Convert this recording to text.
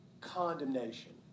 condemnation